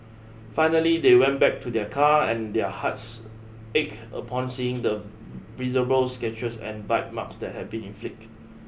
finally they went back to their car and their hearts ache upon seeing the visible scratches and bite marks that had been inflicted